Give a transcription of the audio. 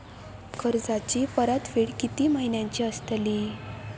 कर्जाची परतफेड कीती महिन्याची असतली?